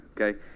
okay